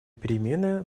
перемены